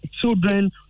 children